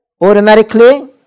automatically